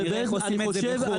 שנראה איך עושים את זה בחו"ל.